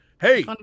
hey